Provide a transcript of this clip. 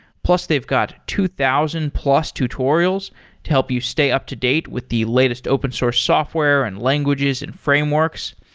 plus they've got two thousand plus tutorials to help you stay up-to-date with the latest open source software and languages and frameworks.